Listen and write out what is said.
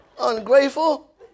Ungrateful